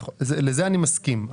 לזה אני מסכים.